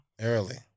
Early